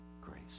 Grace